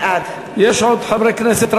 בעד יש עוד חברי כנסת,